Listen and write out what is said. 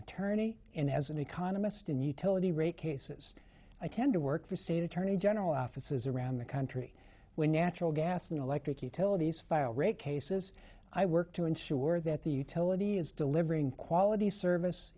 attorney and as an economist and utility rate cases i tend to work for state attorney general offices around the country when natural gas and electric utilities file rate cases i work to ensure that the utility is delivering quality service